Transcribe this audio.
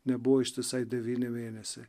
nebuvo ištisai devyni mėnesiai